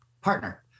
partner